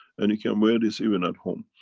and you can wear this even at home,